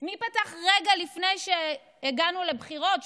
מי פתח רגע לפני שהגענו לבחירות,